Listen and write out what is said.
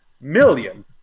million